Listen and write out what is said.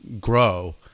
grow